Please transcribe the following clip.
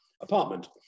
apartment